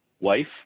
wife